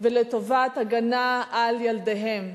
ולטובת הגנה על ילדיהן.